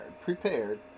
Prepared